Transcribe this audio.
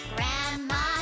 Grandma